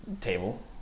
table